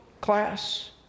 class